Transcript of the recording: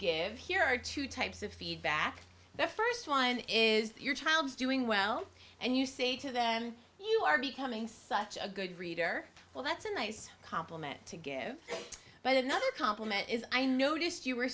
give here are two types of feedback the first one is that your child is doing well and you say to them you are becoming such a good reader well that's a nice compliment to give but another compliment is i noticed you were